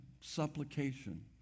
supplication